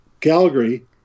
Calgary